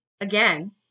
again